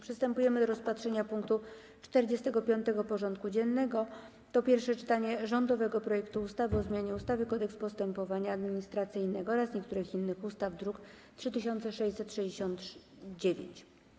Przystępujemy do rozpatrzenia punktu 45. porządku dziennego: Pierwsze czytanie rządowego projektu ustawy o zmianie ustawy Kodeks postępowania administracyjnego oraz niektórych innych ustaw (druk nr 3669)